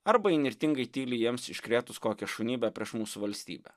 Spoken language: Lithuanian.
arba įnirtingai tyli jiems iškrėtus kokią šunybę prieš mūsų valstybę